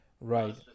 Right